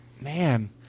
Man